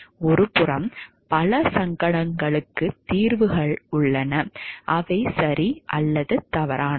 ஒருபுறம் பல சங்கடங்களுக்கு தீர்வுகள் உள்ளன அவை சரி அல்லது தவறானவை